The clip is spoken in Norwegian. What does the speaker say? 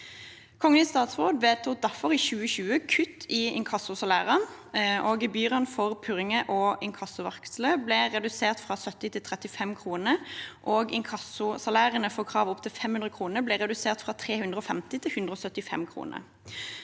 Kongen i statsråd vedtok derfor i 2020 et kutt i inkassosalærene. Gebyrene for purringer og inkassovarsler ble redusert fra 70 kr til 35 kr, og inkassosalærene for krav opp til 500 kr ble redusert fra 350 kr til 175 kr.